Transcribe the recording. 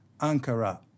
Ankara